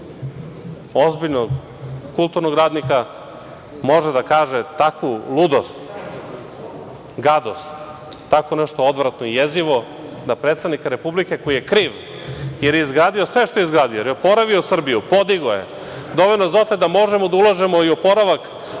za ozbiljnog kulturnog radnika može da kaže takvu ludost, gadost, tako nešto odvratno i jezivo da predsednika Republike koji je kriv jer je izgradio sve što je izgradio, jer je oporavio Srbiju, podigao je, doveo nas dotle da možemo da ulažemo u oporavak